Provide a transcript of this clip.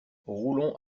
roulon